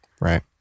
Right